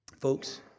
Folks